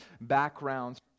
backgrounds